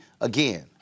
again